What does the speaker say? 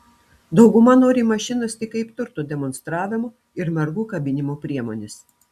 dauguma nori mašinos tik kaip turto demonstravimo ir mergų kabinimo priemonės